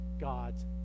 God's